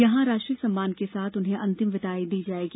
यहां राष्ट्रीय सम्मान के साथ उन्हें अंतिम विदाई दी जायेगी